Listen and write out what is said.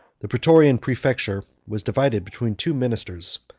the praetorian praefecture was divided between two ministers.